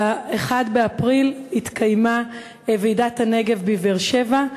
ב-1 באפריל התקיימה ועידת הנגב בבאר-שבע.